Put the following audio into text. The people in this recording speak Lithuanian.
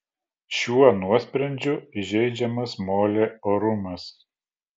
šiuo nuosprendžiu įžeidžiamas molė orumas